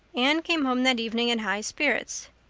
anne came home that evening in high spirits.